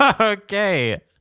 Okay